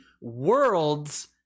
World's